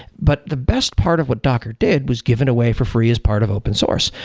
but the best part of what docker did was given away for free as part of open source.